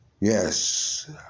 yes